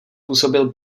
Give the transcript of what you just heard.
působil